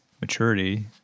maturity